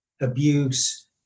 abuse